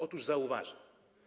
Otóż zauważy.